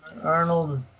Arnold